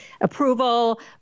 approval